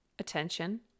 Attention